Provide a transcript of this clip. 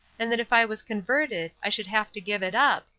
and that if i was converted i should have to give it up,